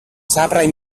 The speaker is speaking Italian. saprai